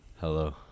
Hello